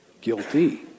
Guilty